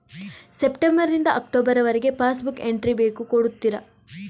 September ನಿಂದ October ವರಗೆ passbook entry ಬೇಕು ಕೊಡುತ್ತೀರಾ?